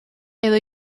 edo